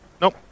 Nope